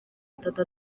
atatu